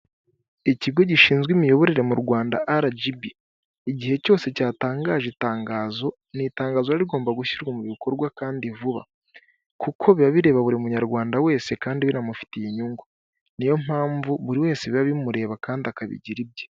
Ikigo gishinzwe imiyoborere mu Rwanda aragibi, igihe cyose cyatangaje itangazo ni itangazo rigomba gushyirwa mu bikorwa kandi vuba, kuko biba bireba buri munyarwanda wese kandi binamufitiye inyungu, niyo mpamvu buri wese biba bimureba kandi akabigira ibye.